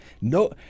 no